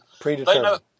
Predetermined